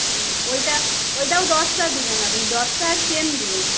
হ্যাঁ ওইটা ওইটাও দশটা দেবেন আপনি দশটার চেন দেবেন